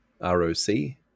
R-O-C